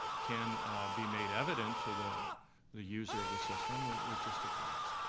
can be made evident to the the user of the system with with just a glance.